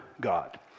God